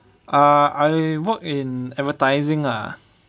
ah I work in advertising ah